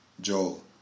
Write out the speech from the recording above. Joel